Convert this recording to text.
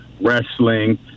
wrestling